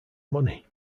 money